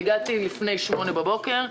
והגעתי לפני 08:00 בבוקר.